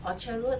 orchard road